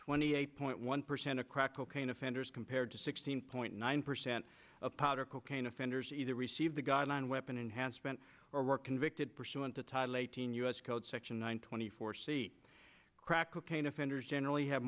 twenty eight point one percent of crack cocaine offenders compared to sixteen point nine percent of powder cocaine offenders either receive the guideline weapon enhancement or were convicted pursuant to title eighteen us code section one twenty four seat crack cocaine offenders generally have